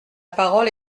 parole